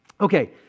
Okay